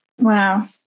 Wow